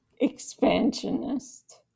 expansionist